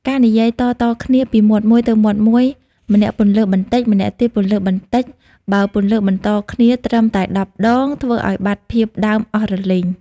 ការនិយាយតៗគ្នាពីមាត់មួយទៅមាត់មួយ ម្នាក់ពន្លើសបន្តិច ម្នាក់ទៀតពន្លើសបន្តិច។ បើពន្លើសបន្តគ្នាត្រឹមតែដប់ដង ធ្វើឱ្យបាត់ភាពដើមអស់រលីង។